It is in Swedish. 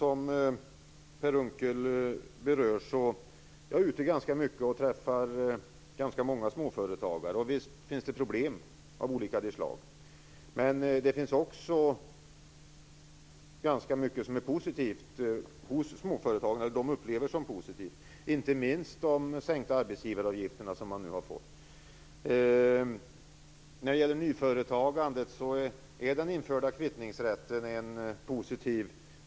Jag är ute ganska mycket och träffar ganska många småföretagare. Visst finns det problem av olika slag, men det finns också ganska mycket som småföretagarna upplever som positivt. Det gäller inte minst de sänkta arbetsgivaravgifterna, som de nu har fått. Den införda kvittningsrätten för nyföretagande är positiv.